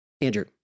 Andrew